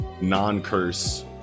non-curse